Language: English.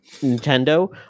Nintendo